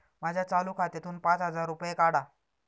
माझ्या चालू खात्यातून पाच हजार रुपये काढा